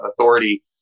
authority